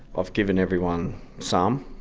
i've given everyone some,